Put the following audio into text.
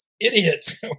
idiots